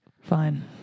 Fine